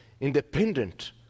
independent